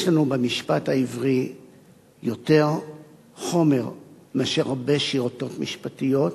יש לנו במשפט העברי יותר חומר מאשר בהרבה שיטות משפטיות,